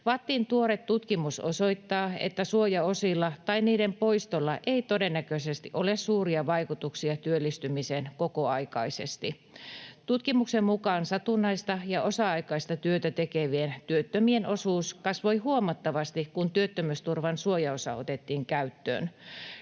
VATTin tuore tutkimus osoittaa, että suojaosilla tai niiden poistolla ei todennäköisesti ole suuria vaikutuksia työllistymiseen kokoaikaisesti. Tutkimuksen mukaan satunnaista ja osa-aikaista työtä tekevien työttömien osuus kasvoi huomattavasti, kun työttömyysturvan suojaosa otettiin käyttöön.